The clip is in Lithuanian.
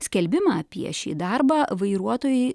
skelbimą apie šį darbą vairuotojui